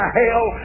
hell